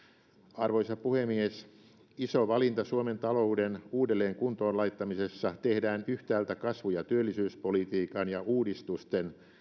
arvoisa puhemies iso valinta suomen talouden uudelleen kuntoon laittamisessa tehdään yhtäältä kasvu ja työllisyyspolitiikan ja uudistusten